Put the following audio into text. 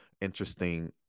interesting